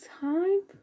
time